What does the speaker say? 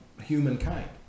humankind